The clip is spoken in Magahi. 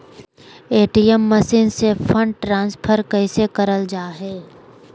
ए.टी.एम मसीन से फंड ट्रांसफर कैसे करल जा है?